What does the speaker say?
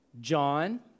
John